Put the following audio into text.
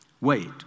Wait